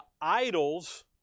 idols